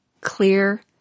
clear